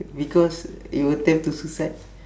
because you attempt to suicide